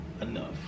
enough